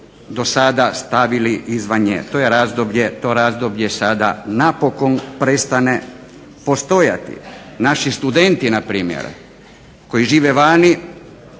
do sada stavili izvan nje. To razdoblje sada napokon prestaje postojati. Naši studenti npr. koji žive vani